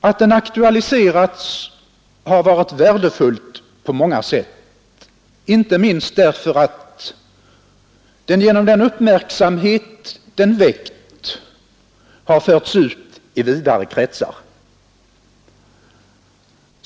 Att den aktualiserats har varit värdefullt på många sätt, inte minst därför att den genom den uppmärksamhet den väckt har förts ut i vidare kretsar.